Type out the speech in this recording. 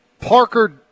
Parker